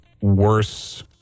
worse